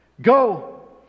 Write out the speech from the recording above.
Go